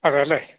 അതേല്ലേ